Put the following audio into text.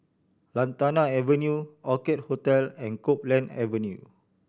Lantana Avenue Orchid Hotel and Copeland Avenue